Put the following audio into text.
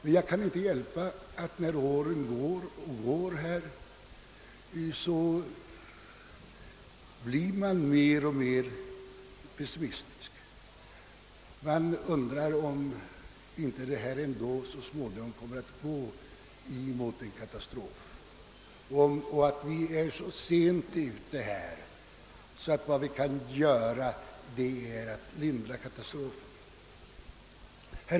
Men när åren går och går, och alltför litet görs, så blir man mer och mer pessimistisk — det kan inte hjälpas. Man undrar om inte utvecklingen ändå så småningom kommer att gå emot en katastrof.